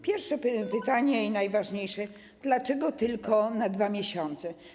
Pierwsze pytanie i najważniejsze: Dlaczego tylko na 2 miesiące?